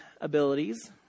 abilities